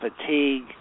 fatigue